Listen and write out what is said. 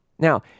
Now